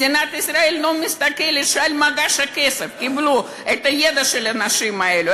מדינת ישראל לא רואה שעל מגש הכסף קיבלו את הידע של האנשים האלה,